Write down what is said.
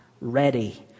ready